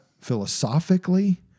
philosophically